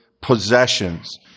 possessions